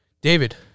David